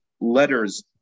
letters